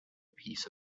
piece